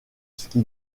ski